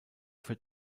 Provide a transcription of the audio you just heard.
für